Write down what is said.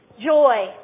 joy